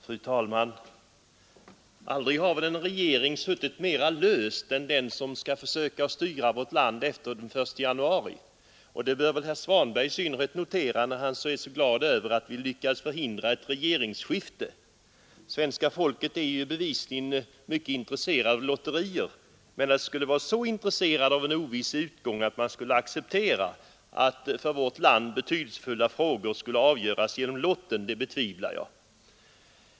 Fru talman! Aldrig har väl en regering suttit mera löst än den som skall försöka styra vårt land efter den 1 januari. Det bör kanske herr Svanberg i synnerhet notera, som är så glad över att ”vi lyckades förhindra ett regeringsskifte”. Svenska folket är bevisligen mycket intresserat av lotterier, men att det skulle vara så intresserat av en oviss utgång att det skulle acceptera att för vårt land betydelsefulla frågor skulle avgöras genom lotten betvivlar jag.